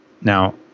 Now